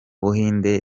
buhinde